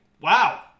wow